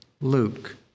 Luke